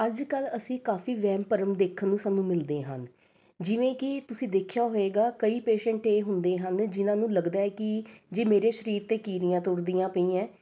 ਅੱਜ ਕੱਲ੍ਹ ਅਸੀਂ ਕਾਫ਼ੀ ਵਹਿਮ ਭਰਮ ਦੇਖਣ ਨੂੰ ਸਾਨੂੰ ਮਿਲਦੇ ਹਨ ਜਿਵੇਂ ਕਿ ਤੁਸੀਂ ਦੇਖਿਆ ਹੋਵੇਗਾ ਕਈ ਪੇਂਸ਼ਟ ਇਹ ਹੁੰਦੇ ਹਨ ਜਿਨ੍ਹਾਂ ਨੂੰ ਲੱਗਦਾ ਹੈ ਕਿ ਜੀ ਮੇਰੇ ਸਰੀਰ 'ਤੇ ਕੀੜੀਆਂ ਤੁਰਦੀਆਂ ਪਈਆਂ ਹੈ